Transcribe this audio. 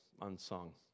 unsung